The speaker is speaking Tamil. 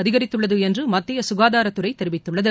அதிகரித்துள்ளது என்று மத்திய சுகாதாரத்துறை தெரிவித்துள்ளது